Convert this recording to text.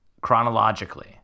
chronologically